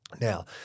Now